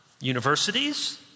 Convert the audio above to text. universities